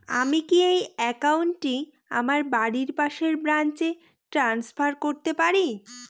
আমি কি এই একাউন্ট টি আমার বাড়ির পাশের ব্রাঞ্চে ট্রান্সফার করতে পারি?